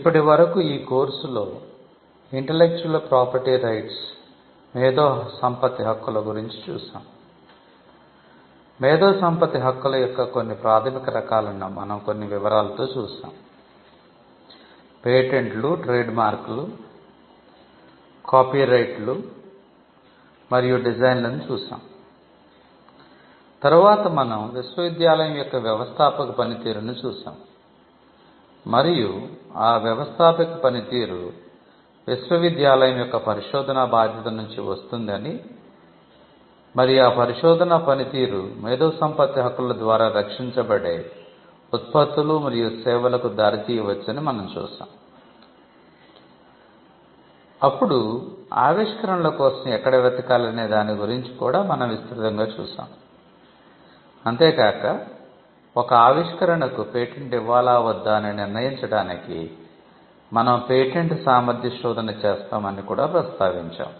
ఇప్పటివరకు ఈ కోర్సులో ఇంటేల్లెక్చువల్ ప్రాపర్టీ రైట్స్ల స్థాపన ఆవశ్యకత గురించి కూడా చూశాం